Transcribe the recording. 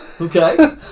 Okay